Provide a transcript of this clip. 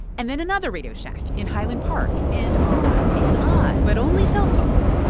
and then another radio shack in highland park and on and on but only cellphones,